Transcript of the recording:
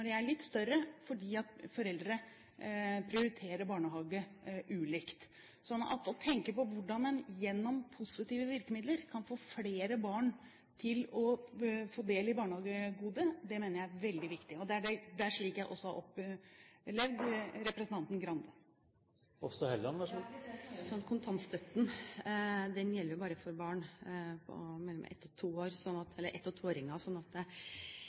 de mest utsatte og sårbare barna ikke kommer i barnehage – når de er mindre, på grunn av kontantstøtten, og når de er litt større, fordi foreldrene prioriterer barnehage ulikt. Så å tenke på hvordan en gjennom positive virkemidler skal få flere barn til å få del i barnehagegodet, mener jeg er veldig viktig. Det er slik jeg også har opplevd representanten Stokkan-Grande. Nå er det slik at kontantstøtten bare gjelder for ett- og